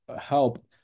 help